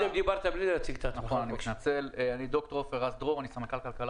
אני סמנכ"ל כלכלה